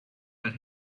that